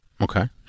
okay